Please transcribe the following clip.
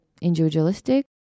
individualistic